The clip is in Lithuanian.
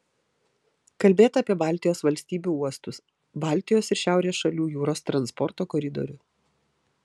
kalbėta apie baltijos valstybių uostus baltijos ir šiaurės šalių jūros transporto koridorių